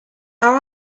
our